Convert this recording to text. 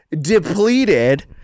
depleted